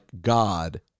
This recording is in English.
God